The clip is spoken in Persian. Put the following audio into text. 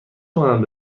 توانند